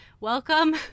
Welcome